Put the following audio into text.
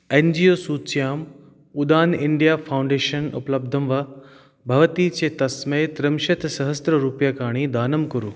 N G O सूच्याम् Udaan India Foundation उपलब्धं वा भवती चेत् तस्मै त्रिंशत् सहस्ररूप्यकाणि दानं कुरु